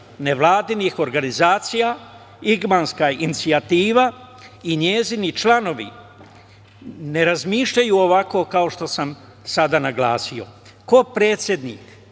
nevladinih organizacija Igmanska inicijativa i njeni članovi ne razmišljaju ovako kao što sam sada naglasio. Kopredsednik